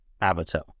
avatar